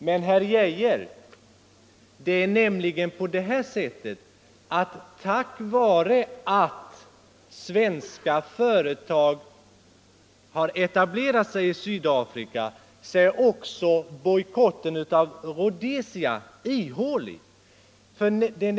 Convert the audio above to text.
Men, herr Geijer, på grund av att svenska företag har etablerat sig i Sydafrika är också bojkotten av Rhodesia ihålig.